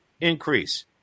increase